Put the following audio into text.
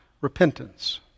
repentance